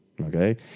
Okay